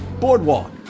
Boardwalk